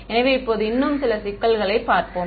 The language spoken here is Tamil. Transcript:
எனவே இப்போது இன்னும் சில சிக்கல்களைப் பார்ப்போம்